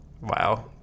wow